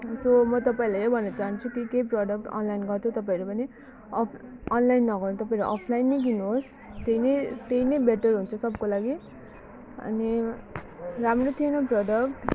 so म तपाईँहरूलाई यही भन्न चाहन्छु कि केही प्रडक्ट अनलाइन गर्दा तपाईँहरू पनि अफ् अनलाइन नगर्नु तपाईँहरू अफलाइन नै किन्नुहोस् त्यही नै त्यही नै बेटर हुन्छ सबको लागि अनि राम्रो थिएन प्रडक्ट